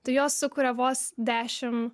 tai jos sukuria vos dešim